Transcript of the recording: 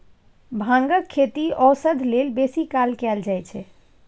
भांगक खेती औषध लेल बेसी काल कएल जाइत छै